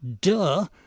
duh